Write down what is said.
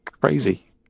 Crazy